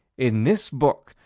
in this book,